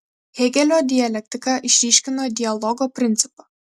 hėgelio dialektika išryškino dialogo principą